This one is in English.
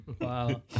Wow